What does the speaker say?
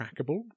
trackable